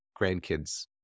grandkids